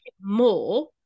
more